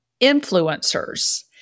influencers